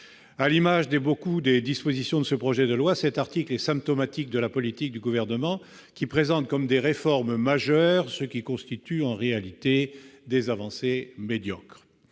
À l'instar de nombre des dispositions de ce projet de loi, cet article est symptomatique de la politique du Gouvernement, qui présente comme des réformes majeures ce qui constitue en réalité des avancées médiocres.